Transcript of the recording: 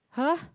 !huh!